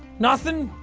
nothing?